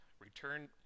Return